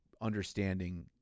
understanding